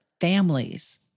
families